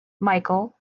micheal